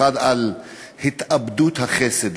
אחד על התאבדות החסד,